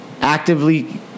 actively